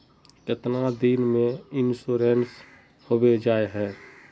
कीतना दिन में इंश्योरेंस होबे जाए है?